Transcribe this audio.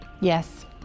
Yes